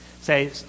say